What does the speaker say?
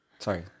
Sorry